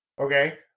okay